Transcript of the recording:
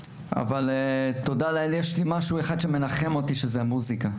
אבל תודה לאל יש לי משהו אחד שמנחם אותי וזה המוזיקה,